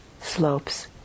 slopes